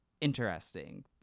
interesting